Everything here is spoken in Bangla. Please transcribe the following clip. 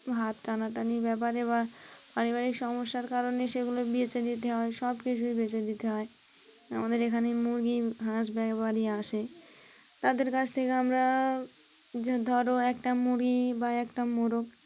হাত টানাটানি ব্যাপারে বা পারিবারিক সমস্যার কারণে সেগুলো বেঁচে দিতে হয় সব কিছুই বেঁচে দিতে হয় আমাদের এখানে মুরগি হাঁস ব্যাপারি আসে তাদের কাছ থেকে আমরা যে ধরো একটা মুরগি বা একটা মোরব